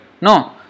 No